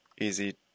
easy